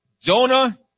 Jonah